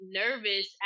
nervous